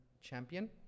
champion